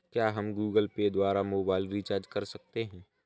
क्या हम Google Pay द्वारा मोबाइल रिचार्ज कर सकते हैं?